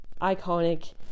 iconic